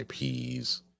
IPs